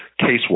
casework